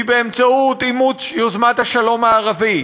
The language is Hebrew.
היא אימוץ יוזמת השלום הערבית,